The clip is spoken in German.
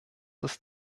ist